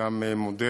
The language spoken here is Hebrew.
וגם מודה